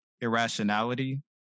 irrationality